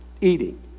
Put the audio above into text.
eating